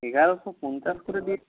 এগারোশো পঞ্চাশ করে দিয়ে